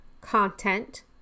content